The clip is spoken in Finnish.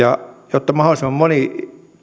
jotta mahdollisimman moni